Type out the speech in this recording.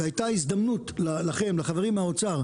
והייתה הזדמנות לכם לחברים מהאוצר,